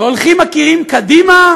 והולכים, מקימים קדימה,